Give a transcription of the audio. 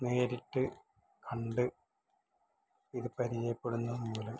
നേരിട്ട് കണ്ട് ഇത് പരിചയപ്പെടുന്നത് മൂലം